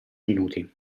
minuti